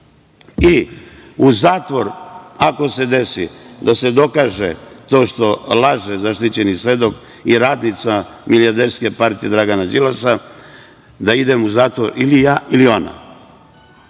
i u zatvor, ako se desi da se dokaže to što laže zaštićeni svedok i radnica milijarderske partije Dragana Đilasa, da idem u zatvor ili ja ili